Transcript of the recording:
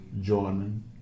joining